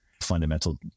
fundamental